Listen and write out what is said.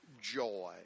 joy